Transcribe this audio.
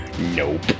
Nope